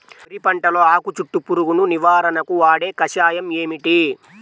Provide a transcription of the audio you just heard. వరి పంటలో ఆకు చుట్టూ పురుగును నివారణకు వాడే కషాయం ఏమిటి?